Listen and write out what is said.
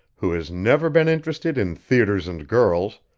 who has never been interested in theaters and girls,